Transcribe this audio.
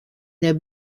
der